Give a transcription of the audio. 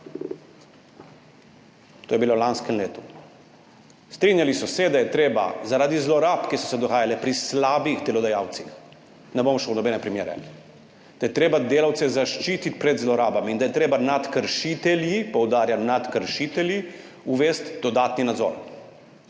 to je bilo v lanskem letu. Strinjali so se, da je treba zaradi zlorab, ki so se dogajale pri slabih delodajalcih – ne bom šel v nobene primere – da je treba delavce zaščititi pred zlorabami in da je treba nad kršitelji – poudarjam, nad kršitelji – uvesti dodatni nadzor.